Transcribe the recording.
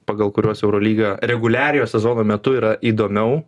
pagal kuriuos eurolyga reguliariojo sezono metu yra įdomiau